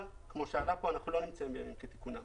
אבל כמו שעלה כאן, אנחנו לא נמצאים בימים כתיקונם.